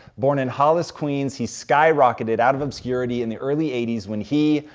born in hollis queens, he skyrocketed out of obscurity in the early eighty s when he,